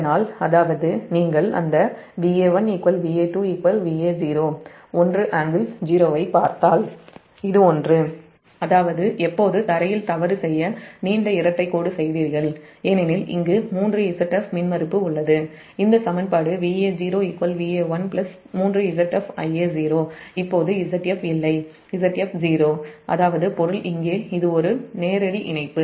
அதனால் நீங்கள் அந்த Va1 Va2 Va0 1∟0 ஐப் பார்த்தால் இது ஒன்று அதாவது எப்போது க்ரவுன்ட்ல் தவறு செய்ய நீண்ட இரட்டை கோடு செய்தீர்கள் ஏனெனில் இங்கு 3Zf மின்மறுப்பு உள்ளது இந்த சமன்பாடு Va0 Va1 3ZfIa0 இப்போது Zf இல்லை அதாவது பொருள் இங்கே இது ஒரு நேரடி இணைப்பு